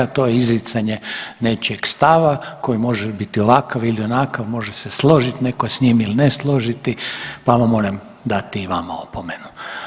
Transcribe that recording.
To je izricanje nečijeg stava koji može biti ovakav ili onakav, može se složiti netko s njim ili ne složiti, pa vam moram dati i vama opomenu.